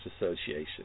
Association